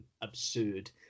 absurd